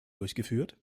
durchgeführt